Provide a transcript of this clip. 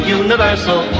universal